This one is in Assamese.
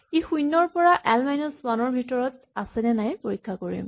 ই শূণ্য ৰ পৰা এল মইনাচ ৱান ৰ ভিতৰত আছেনে নাই পৰীক্ষা কৰিম